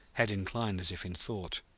head inclined as if in thought.